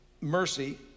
mercy